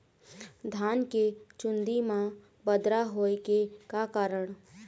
धान के चुन्दी मा बदरा होय के का कारण?